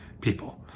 people